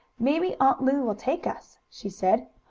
maybe aunt lu will take us, she said.